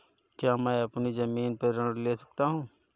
क्या मैं अपनी ज़मीन पर ऋण ले सकता हूँ?